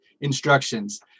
instructions